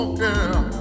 girl